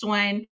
one